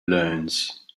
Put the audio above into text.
learns